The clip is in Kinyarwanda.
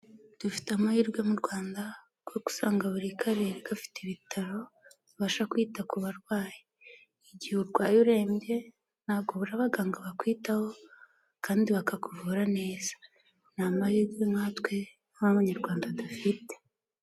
Dufite amahirwe mu rwanda kuko usanga buri karere gafite ibitaro bibasha kwita ku barwayi. Igihe urwaye urembye ntabwo ubura abaganga bakwitaho kandi bakakuvura neza. Ni amahirwe nkatwe nk'abanyarwanda dufite.